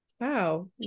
Wow